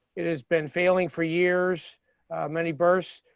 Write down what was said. it has been failing for years many bursts.